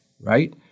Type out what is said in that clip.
right